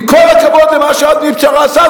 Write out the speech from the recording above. עם כל הכבוד למה שעזמי בשארה עשה,